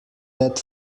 that